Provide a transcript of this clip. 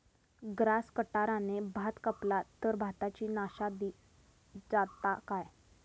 Grass कटराने भात कपला तर भाताची नाशादी जाता काय?